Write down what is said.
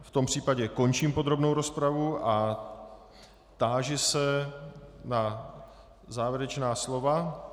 V tom případě končím podrobnou rozpravu a táži se na závěrečná slova.